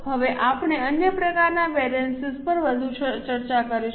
હવે આપણે અન્ય પ્રકારનાં વેરિએન્સ પર વધુ ચર્ચા કરીશું